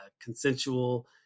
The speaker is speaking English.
consensual